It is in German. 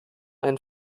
ein